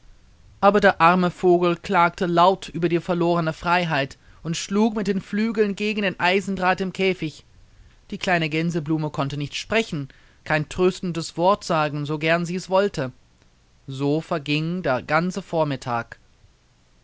aber der arme vogel klagte laut über die verlorene freiheit und schlug mit den flügeln gegen den eisendraht im käfig die kleine gänseblume konnte nicht sprechen kein tröstendes wort sagen so gern sie es wollte so verging der ganze vormittag